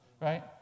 Right